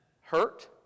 hurt